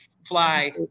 Fly